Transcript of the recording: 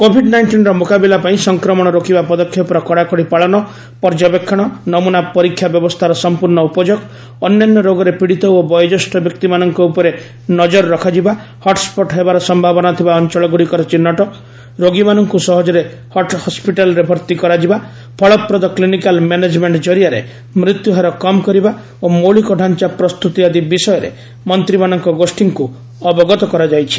Covid ନାଇଷ୍ଟିନ୍ର ମୁକାବିଲା ପାଇଁ ସଂକ୍ରମଣ ରୋକିବା ପଦକ୍ଷେପର କଡ଼ାକଡ଼ି ପାଳନ ପର୍ଯ୍ୟବେକ୍ଷଣ ନମୁନା ପରୀକ୍ଷା ବ୍ୟବସ୍ଥାର ସମ୍ପୂର୍ଣ୍ଣ ଉପଯୋଗ ଅନ୍ୟାନ୍ୟ ରୋଗରେ ପୀଡ଼ିତ ଓ ବୟୋଜ୍ୟେଷ୍ଠ ବ୍ୟକ୍ତିମାନଙ୍କ ଉପରେ ନଜର ରଖାଯିବା ହଟ୍ସଟ୍ ହେବାର ସମ୍ଭାବନା ଥିବା ଅଞ୍ଚଳଗୁଡ଼ିକର ଚିହ୍ନଟ ରୋଗୀମାନଙ୍କୁ ସହଜରେ ହସ୍କିଟାଲ୍ରେ ଭର୍ତ୍ତି କରାଯିବା ଫଳପ୍ରଦ କ୍ଲିନିକାଲ୍ ମ୍ୟାନେଜ୍ମେଣ୍ଟ ଜରିଆରେ ମୃତ୍ୟୁହାର କମ୍ କରିବା ଓ ମୌଳିକ ଢାଞ୍ଚା ପ୍ରସ୍ତୁତି ଆଦି ବିଷୟରେ ମନ୍ତ୍ରୀମାନଙ୍କ ଗୋଷ୍ଠୀଙ୍କୁ ଅବଗତ କରାଯାଇଛି